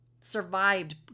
survived